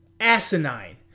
asinine